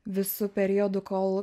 visu periodu kol